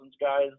guys